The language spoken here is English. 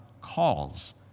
calls